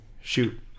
Shoot